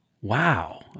Wow